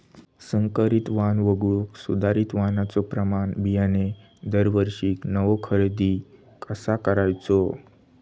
संकरित वाण वगळुक सुधारित वाणाचो प्रमाण बियाणे दरवर्षीक नवो खरेदी कसा करायचो?